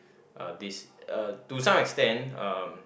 uh this uh to some extent um